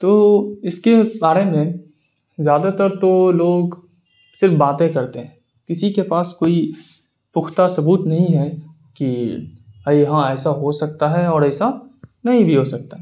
تو اس کے بارے میں زیادہ تر تو لوگ صرف باتیں کرتے ہیں کسی کے پاس کوئی پختہ ثبوت نہیں ہے کہ یہاں ایسا ہو سکتا ہے اور ایسا نہیں بھی ہو سکتا ہے